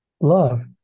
love